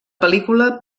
pel·lícula